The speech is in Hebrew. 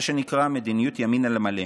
מה שנקרא מדיניות ימין על מלא.